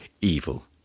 evil